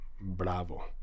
bravo